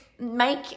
make